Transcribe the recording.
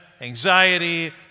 anxiety